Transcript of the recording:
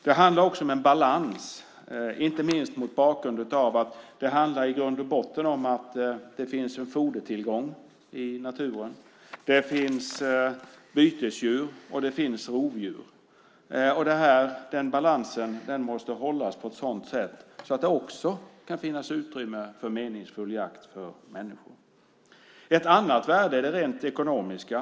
Det handlar om en balans. Det handlar i grund och botten om att det finns fodertillgång i naturen, det finns bytesdjur och det finns rovdjur. Balansen måste hållas på ett sådant sätt att det kan finnas utrymme för meningsfull jakt för människor. Ett annat värde är det rent ekonomiska.